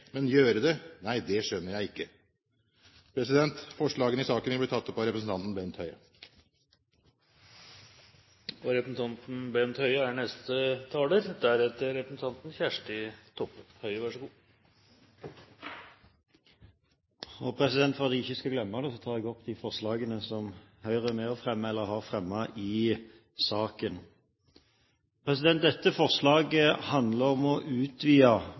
Men de sier tydeligvis som Peer Gynt: «Ja, tænke det; ønske det; ville det med,-- Men gøre det! Nej; det skønner jeg ikke!» Forslagene i saken vil bli tatt opp av representanten Bent Høie. For at jeg ikke skal glemme det, tar jeg opp de forslagene som Høyre er med på eller står alene om. Dette forslaget handler om å utvide